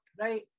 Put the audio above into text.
right